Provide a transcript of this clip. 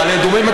מעלה אדומים,